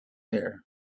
air